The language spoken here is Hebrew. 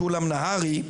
משולם נהרי.